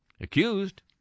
Accused